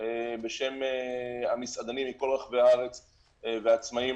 בשם המסעדנים מכל רחבי הארץ והעצמאיים.